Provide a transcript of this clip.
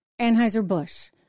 Anheuser-Busch